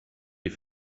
die